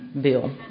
Bill